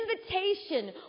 invitation